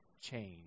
change